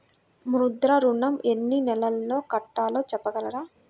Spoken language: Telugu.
ముద్ర ఋణం ఎన్ని నెలల్లో కట్టలో చెప్పగలరా?